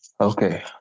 Okay